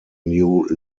new